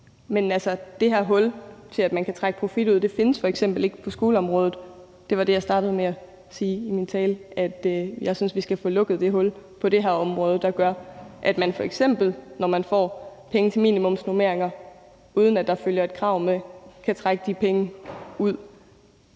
Men det her hul til at trække profit ud findes f.eks. ikke på skoleområdet. Det var det, jeg startede med at sige i min tale, altså at jeg synes, at vi på det her område skal få lukket det hul, der gør, at man f.eks., når man får penge til minimumsnormeringer, uden at der følger et krav med, kan trække de penge ud.